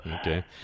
Okay